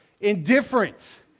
Indifference